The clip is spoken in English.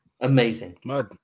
Amazing